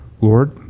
Lord